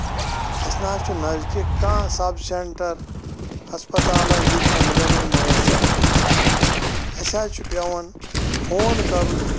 اَسہِ نہ حظ چھُ نہٕ نزدیٖک کانٛہہ سَب سینٹر ہسپَتالہ ییٚتہِ ایٚمبلینٕس مۄیسر آسہِ حظ چھُ پیٚوان فون کَرُن